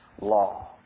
law